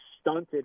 stunted